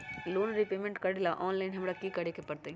Loan repayment करेला online हमरा की करे के परतई?